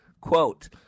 Quote